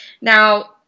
Now